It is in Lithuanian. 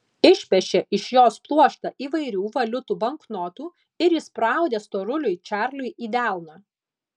išpešė iš jos pluoštą įvairių valiutų banknotų ir įspraudė storuliui čarliui į delną